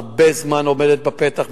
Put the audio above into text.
הרבה זמן עומדת בפתח,